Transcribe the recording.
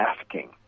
asking